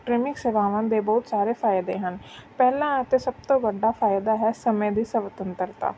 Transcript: streaming ਸੇਵਾਵਾਂ ਦੇ ਬਹੁਤ ਸਾਰੇ ਫ਼ਾਇਦੇ ਹਨ ਪਹਿਲਾ ਅਤੇ ਸਭ ਤੋਂ ਵੱਡਾ ਫ਼ਾਇਦਾ ਹੈ ਸਮੇਂ ਦੀ ਸੁਤੰਤਰਤਾ